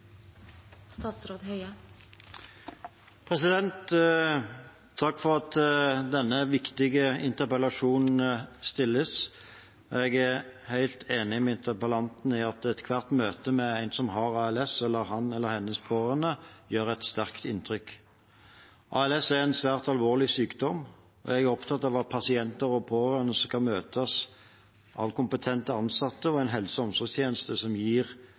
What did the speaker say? enig med interpellanten i at ethvert møte med en som har ALS, og hans eller hennes pårørende, gjør et sterkt inntrykk. ALS er en svært alvorlig sykdom. Jeg er opptatt av at pasienter og pårørende skal møtes av kompetente ansatte og en helse- og omsorgstjeneste som gir